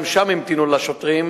גם שם המתינה לשוטרים